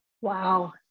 Wow